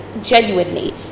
genuinely